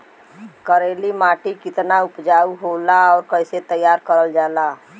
करेली माटी कितना उपजाऊ होला और कैसे तैयार करल जाला?